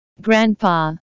Grandpa